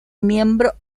miembro